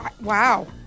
wow